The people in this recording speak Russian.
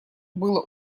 было